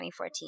2014